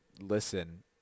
listen